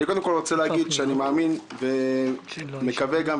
אני מאמין ומקווה,